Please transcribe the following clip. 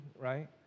right